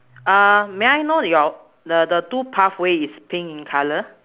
uh may I know your the the two pathway is pink in colour